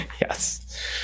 Yes